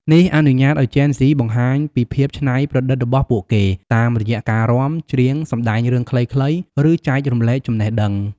នេះអនុញ្ញាតឱ្យជេនហ្ស៊ីបង្ហាញពីភាពច្នៃប្រឌិតរបស់ពួកគេ តាមរយៈការរាំ ច្រៀង សម្ដែងរឿងខ្លីៗ ឬចែករំលែកចំណេះដឹង។